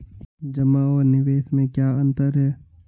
जमा और निवेश में क्या अंतर है?